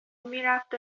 میرفت